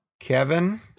Kevin